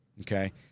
okay